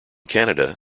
canada